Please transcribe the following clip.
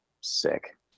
sick